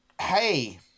hey